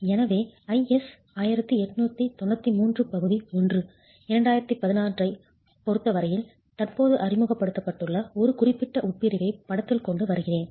எனவே IS 1893 பகுதி 1 2016 ஐப் பொறுத்த வரையில் தற்போது அறிமுகப்படுத்தப்பட்டுள்ள ஒரு குறிப்பிட்ட உட்பிரிவை படத்தில் கொண்டு வருகிறேன்